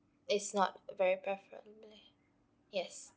it's not very preferably yes